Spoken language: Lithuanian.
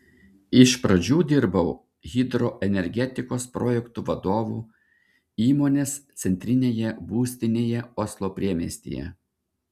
iš pradžių dirbau hidroenergetikos projektų vadovu įmonės centrinėje būstinėje oslo priemiestyje